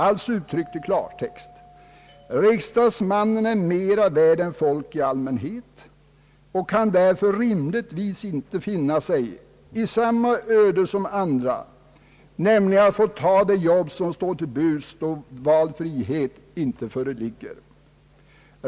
Alltså, uttryckt i klartext: riksdagsmannen är mera värd än folk i allmänhet och kan därför rimligtvis inte finna sig i samma öde som andra, nämligen att få ta det jobb som står till buds då valfrihet inte föreligger.